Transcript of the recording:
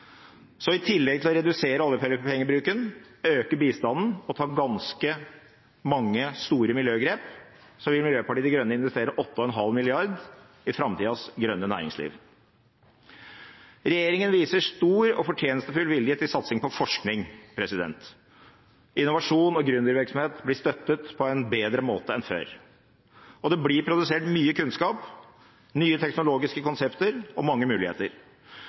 Så i tillegg til å redusere oljepengebruken, øke bistanden og ta ganske mange store miljøgrep, vil Miljøpartiet De Grønne investere 8,5 mrd. kr i framtidas grønne næringsliv. Regjeringen viser stor og fortjenstfull vilje til satsing på forskning. Innovasjon og gründervirksomhet blir støttet på en bedre måte enn før, og det blir produsert mye kunnskap, nye teknologiske konsepter og mange muligheter.